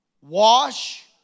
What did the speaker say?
wash